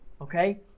okay